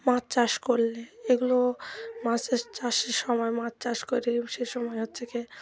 মাছ চাষ করলে এগুলো মাছের চাষের সময় মাছ চাষ করে সে সময় হচ্ছে গিয়ে